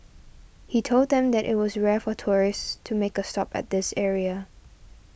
he told them that it was rare for tourists to make a stop at this area